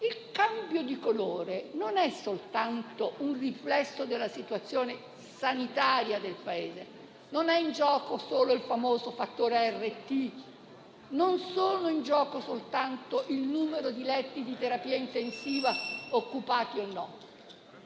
Il cambio di colore non è soltanto un riflesso della situazione sanitaria del Paese. Non sono in gioco solo il famoso fattore Rt o il numero di letti di terapia intensiva occupati o meno,